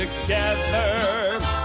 together